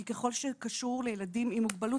כי ככל שקשור לילדים עם מוגבלות,